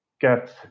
get